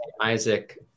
Isaac